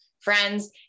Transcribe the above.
friends